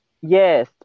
yes